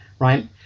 right